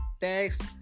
text